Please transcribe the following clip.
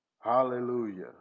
hallelujah